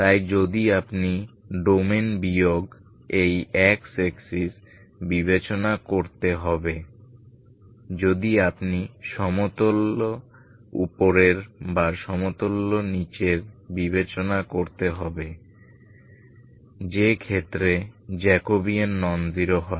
তাই যদি আপনি ডোমেন বিয়োগ এই x অ্যাক্সিস বিবেচনা করতে হবে যদি আপনি সমতল উপরের বা সমতল নীচের বিবেচনা করতে হবে যে ক্ষেত্রে জ্যাকোবিয়ান নন জিরো হয়